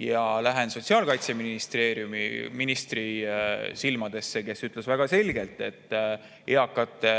ja lähen sotsiaalkaitseministri silmadesse, kes on öelnud väga selgelt, et eakate